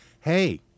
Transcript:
Hey